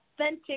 authentic